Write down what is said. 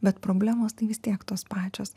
bet problemos tai vis tiek tos pačios